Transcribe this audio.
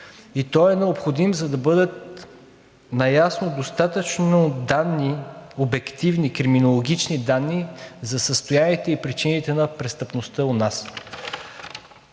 и той е необходим, за да бъдат наясно достатъчно обективни криминологични данни за състоянието и причините за престъпността у нас.